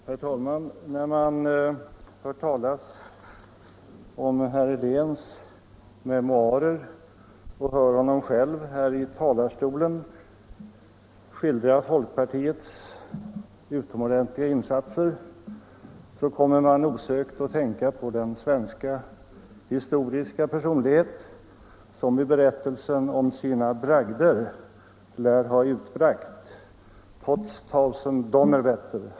Herr talman! När man hör talas om herr Heléns memoarer och hört honom själv här i talarstolen skildra folkpartiets utomordentliga insatser kommer man osökt att tänka på den historiska personlighet som inför berättelsen om sina bragder lär ha utbrustit: ”Potz Donner!